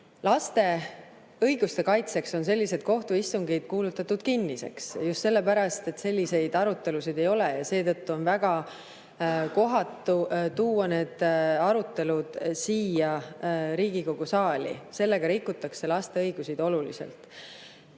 Laste õiguste kaitseks on sellised kohtuistungid kuulutatud kinniseks – just selle pärast selliseid arutelusid avalikkuses ei ole. Ja seetõttu on väga kohatu tuua need arutelud siia, Riigikogu saali. Sellega rikutakse laste õigusi oluliselt. Kui